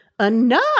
Enough